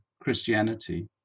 Christianity